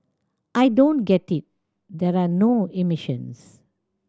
I don't get it there are no emissions